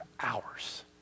hours